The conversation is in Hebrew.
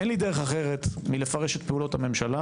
אין לי דרך אחרת מלפרש את פעולות הממשלה